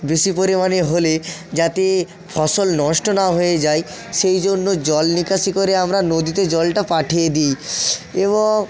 বেশি পরিমাণে হলে যাতে ফসল নষ্ট না হয়ে যায় সেই জন্য জলনিকাশি করে আমরা নদীতে জলটা পাঠিয়ে দিই এবং